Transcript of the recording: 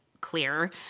clear